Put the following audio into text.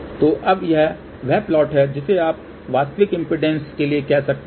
तो अब यह वह प्लॉट है जिसे आप वास्तविक इम्पीडेन्स के लिए कह सकते हैं